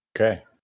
Okay